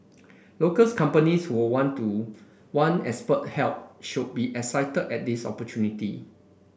locals companies who would want to want expert help should be excited at this opportunity